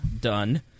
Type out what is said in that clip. done